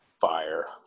fire